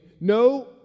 No